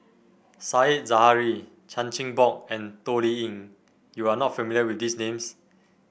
Said Zahari Chan Chin Bock and Toh Liying you are not familiar with these names